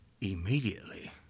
Immediately